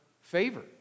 favor